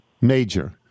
major